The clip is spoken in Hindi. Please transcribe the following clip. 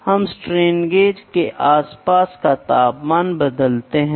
यह बहुत महत्वपूर्ण है क्योंकि कोमलता एक पैरामीटर है जहां सीधे आपके पास कोई यूनिट नहीं होती है